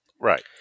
Right